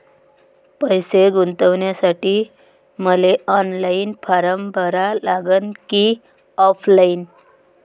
पैसे गुंतन्यासाठी मले ऑनलाईन फारम भरा लागन की ऑफलाईन?